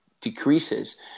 decreases